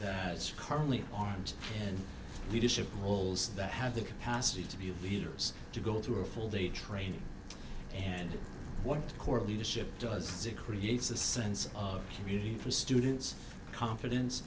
is currently armed and leadership roles that have the capacity to be leaders to go through a full day training and what the court leadership does is it creates a sense of community for students confidence